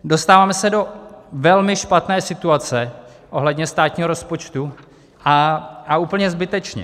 Dostáváme se do velmi špatné situace ohledně státního rozpočtu, a úplně zbytečně.